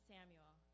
Samuel